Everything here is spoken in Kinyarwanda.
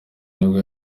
nibwo